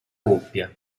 coppia